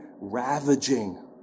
ravaging